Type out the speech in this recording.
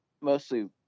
Mostly